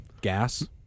gas